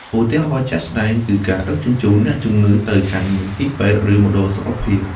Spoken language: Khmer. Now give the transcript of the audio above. ឧទាហរណ៍ជាក់ស្តែងគឺការដឹកជញ្ជូនអ្នកជំងឺទៅកាន់មន្ទីរពេទ្យឬមណ្ឌលសុខភាព។